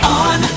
on